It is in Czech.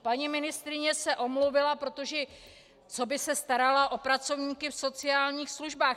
Paní ministryně se omluvila, protože co by se starala o pracovníky v sociálních službách?